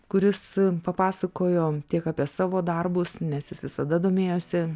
kuris papasakojo tiek apie savo darbus nes jis visada domėjosi